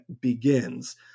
begins